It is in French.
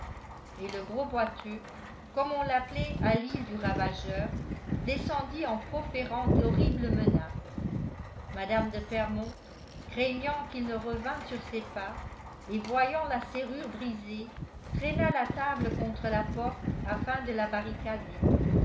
et le gros boiteux comme on l'appelait à l'île du ravageur descendit en proférant d'horribles menaces mme de fermont craignant qu'il ne revînt sur ses pas et voyant la serrure brisée traîna la table contre la porte afin de la barricader